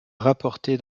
rapporté